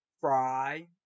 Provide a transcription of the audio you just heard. Fry